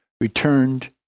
returned